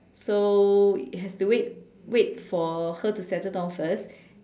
so has to wait wait for her to settle down first